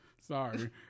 Sorry